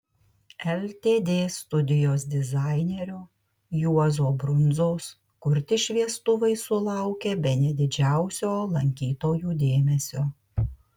ltd studijos dizainerio juozo brundzos kurti šviestuvai sulaukė bene didžiausio lankytojų dėmesio